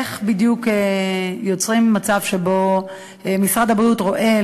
איך בדיוק יוצרים מצב שבו משרד הבריאות רואה אל